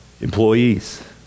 employees